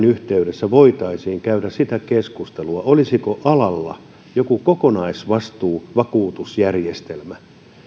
yhteydessä voitaisiin käydä sitä keskustelua olisiko alalla joku kokonaisvastuuvakuutusjärjestelmä